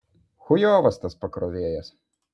chujovas tas pakrovėjas